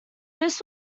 this